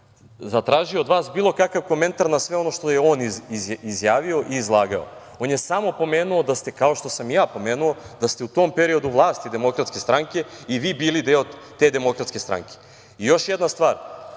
zatražio od vas bilo kakav komentar na sve ono što je on izjavio i izlagao, on je samo pomenuo da ste, kao što sam i ja pomenuo, da ste u tom periodu vlasti DS i vi bili deo te DS.Još jedna stvar,